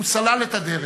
הוא סלל את הדרך.